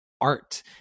art